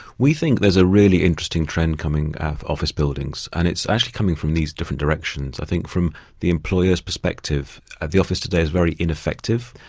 we think there is a really interesting trend coming for office buildings, and it's actually coming from these different directions. i think from the employers' perspective, ah the office today is very ineffective.